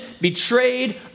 betrayed